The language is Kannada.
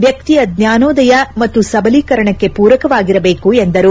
ವ್ಯಕ್ತಿಯ ಜ್ವಾನೋದಯ ಮತ್ತು ಸಬಲೀಕರಣಕ್ಕೆ ಪೂರಕವಾಗಿರಬೇಕು ಎಂದರು